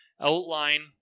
outline